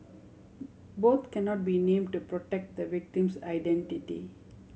both cannot be named to protect the victim's identity